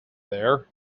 there